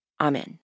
Amen